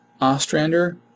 Ostrander